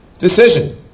decision